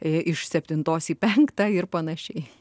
iš septintos į penktą ir panašiai